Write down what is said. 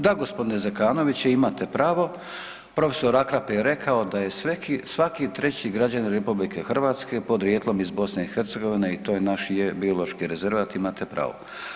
Da g. Zekanović, imate pravo, prof. Akrap je rekao da je svaki treći građanin RH podrijetlom iz BiH i to je naš i je biološki rezervat imate pravo.